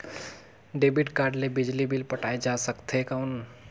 Debit card ले बिजली bill पटाय जा सकथे कौन?